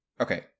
okay